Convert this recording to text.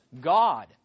God